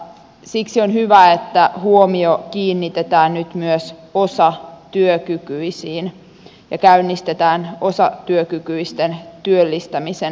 siksi on hyvä että huomio kiinnitetään nyt myös osatyökykyisiin ja käynnistetään osatyökykyisten työllistämisen toimenpideohjelma